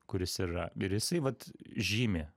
kuris yra ir jisai vat žymi